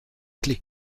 clé